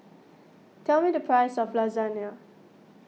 tell me the price of Lasagne